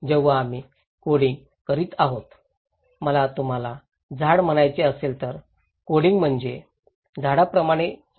जेव्हा आम्ही कोडिंग करीत आहोत मला तुम्हाला झाड म्हणायचे असेल तर कोडिंग म्हणजे झाडाप्रमाणे समजले पाहिजे